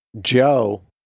Joe